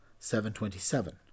727